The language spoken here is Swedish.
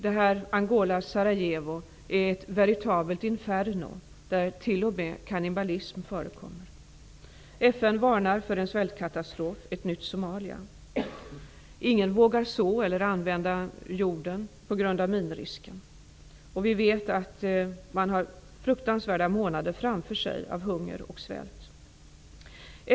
Detta Angolas Sarajevo är ett veritabelt inferno där t.o.m. kannibalism förekommer. FN varnar för en svältkatastrof -- ett nytt Somalia. Ingen vågar så eller använda jorden på grund av minrisken. Vi vet att de har fruktansvärda månader framför sig med hunger och svält.